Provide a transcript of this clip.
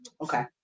Okay